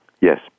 Yes